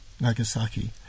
Nagasaki